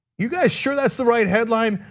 you guys sure that's the right headline?